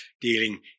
dealing